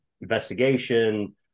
investigation